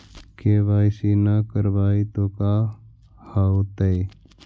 KYC न करवाई तो का हाओतै?